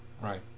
Right